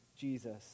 Jesus